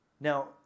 Now